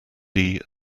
three